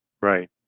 Right